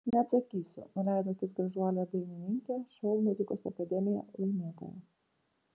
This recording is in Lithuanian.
neatsakysiu nuleido akis gražuolė dainininkė šou muzikos akademija laimėtoja